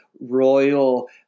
royal